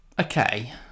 Okay